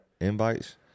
invites